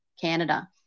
Canada